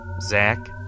Zach